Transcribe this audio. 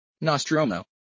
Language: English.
Nostromo